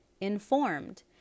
informed